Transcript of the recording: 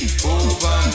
over